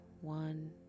one